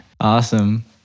Awesome